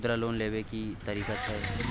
मुद्रा लोन लेबै के की तरीका छै?